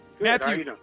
Matthew